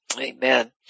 amen